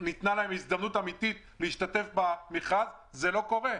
ניתנה להם הזדמנות אמיתית להשתתף במכרז - זה לא קורה.